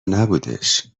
نبودش